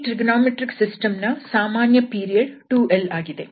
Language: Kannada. ಹಾಗಾಗಿ ಇದು ನಾವು ಸಾಧಿಸಿರುವ ಪ್ರಮೇಯಕ್ಕಿಂತ ಹೆಚ್ಚು ಸಾಮಾನ್ಯವಾದ ಪ್ರಮೇಯವಾಗಿದೆ